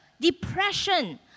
depression